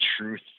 truth